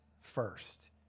first